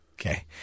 Okay